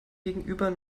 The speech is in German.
gegenüber